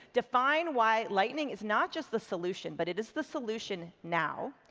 define why lightning is not just the solution, but it is the solution now.